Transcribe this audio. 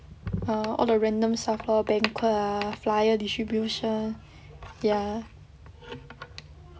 err all the random stuff lor banquet ah flyer distribution ya